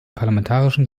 parlamentarischen